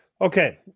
Okay